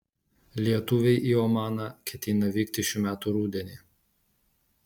lietuviai į omaną ketina vykti šių metų rudenį